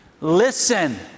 Listen